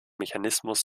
mechanismus